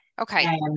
Okay